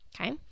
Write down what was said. Okay